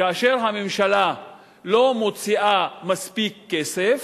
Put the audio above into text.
כאשר הממשלה לא מוציאה מספיק כסף